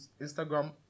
Instagram